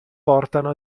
portano